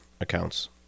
accounts